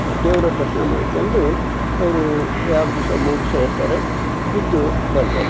ದೇವರ ದರ್ಶನ ಮಾಡ್ಕೊಂದು ಅವರು ಎರಡು ದಿವಸ ಮೂರು ದಿವಸ ಇರ್ತಾರೆ ಇದ್ದು ಬರ್ತಾರೆ